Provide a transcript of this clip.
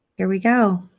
here we go.